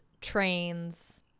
trains